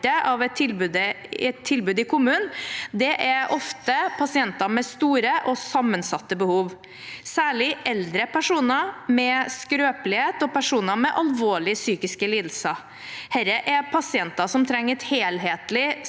av et tilbud i kommunen, er ofte pasienter med store og sammensatte behov, særlig eldre personer med skrøpelighet og personer med alvorlige psykiske lidelser. Dette er pasienter som trenger et helhetlig,